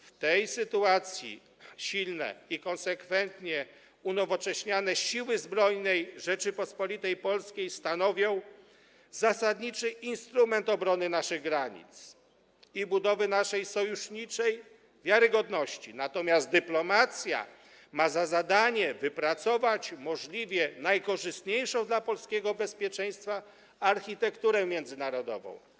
W tej sytuacji silne i konsekwentnie unowocześniane Siły Zbrojne Rzeczypospolitej Polskiej stanowią zasadniczy instrument obrony naszych granic i budowy naszej sojuszniczej wiarygodności, natomiast dyplomacja ma za zadanie wypracować możliwie najkorzystniejszą dla polskiego bezpieczeństwa architekturę międzynarodową.